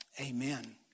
Amen